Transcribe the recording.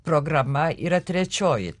programa yra trečioji